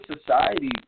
society